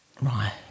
Right